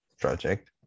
project